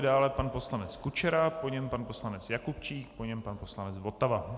Dále pan poslanec Kučera, po něm pan poslanec Jakubčík, po něm pan poslanec Votava.